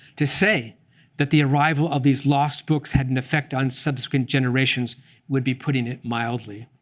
to say that the arrival of these lost books had an effect on subsequent generations would be putting it mildly.